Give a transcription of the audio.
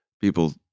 people